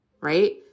Right